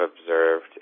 observed